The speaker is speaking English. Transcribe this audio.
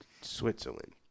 Switzerland